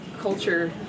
culture